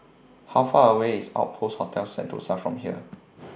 How Far away IS Outpost Hotel Sentosa from here